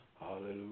Hallelujah